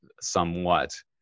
somewhat